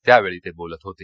त्यावेळी ते बोलत होते